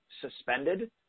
suspended